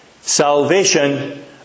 Salvation